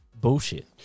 bullshit